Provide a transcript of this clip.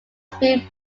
speed